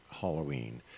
Halloween